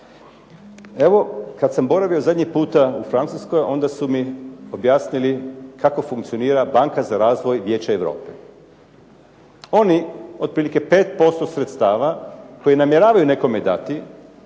Evo, kad sam boravio zadnji puta u Francuskoj onda su mi objasnili kako funkcionira Banka za razvoj Vijeća Europe. Oni otprilike 5% sredstava koje namjeravaju nekome dati,